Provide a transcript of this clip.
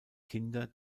kinder